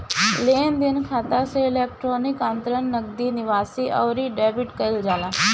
लेनदेन खाता से इलेक्ट्रोनिक अंतरण, नगदी निकासी, अउरी डेबिट कईल जाला